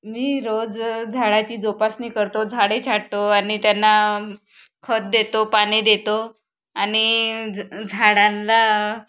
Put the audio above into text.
मी रोज झाडाची जोपासणी करतो झाडे छाटतो आणि त्यांना खत देतो पाणी देतो आणि झ झाडांला